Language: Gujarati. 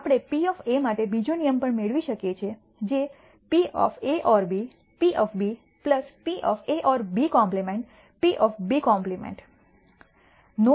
આપણે P માટે બીજો નિયમ પણ મેળવી શકીએ છીએ જે PA|B P PA|Bc Pc